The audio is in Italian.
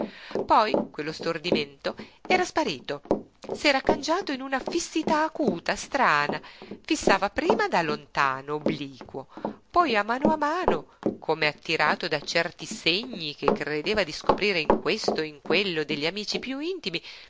poi quello stordimento era sparito s'era cangiato in una fissità acuta strana fissava prima da lontano obliquo poi a mano a mano come attirato da certi segni che credeva di scoprire in questo e in quello degli amici piú intimi